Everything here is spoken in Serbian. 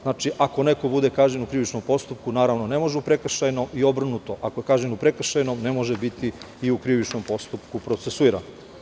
Znači, ako neko bude kažnjen u krivičnom postupku, naravno ne može u prekršajnom i obrnuto, ako je kažnjen u prekršajnom ne može biti i u krivičnom postupku procesuiran.